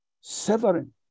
severing